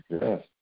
yes